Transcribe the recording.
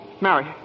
Mary